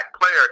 player